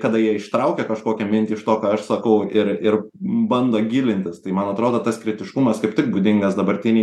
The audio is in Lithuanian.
kada jie ištraukia kažkokią mintį iš to ką aš sakau ir ir bando gilintis tai man atrodo tas kritiškumas kaip tik būdingas dabartinei